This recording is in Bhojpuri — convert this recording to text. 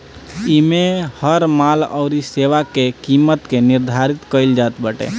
इमे हर माल अउरी सेवा के किमत के निर्धारित कईल जात बाटे